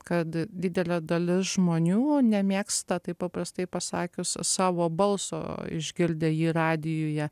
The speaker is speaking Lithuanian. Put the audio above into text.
kad didelė dalis žmonių nemėgsta taip paprastai pasakius savo balso išgirdę jį radijuje